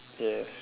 yes